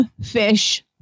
Fish